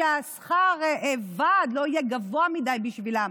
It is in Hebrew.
ששכר הוועד לא יהיה גבוה מדי עבורם.